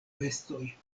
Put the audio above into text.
bestoj